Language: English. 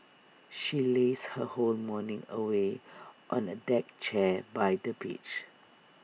she lazed her whole morning away on A deck chair by the beach